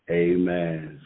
amen